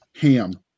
Ham